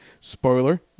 spoiler